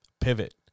pivot